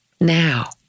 now